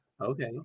Okay